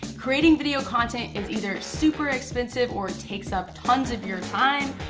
creating video content is either super expensive or it takes up tons of your time.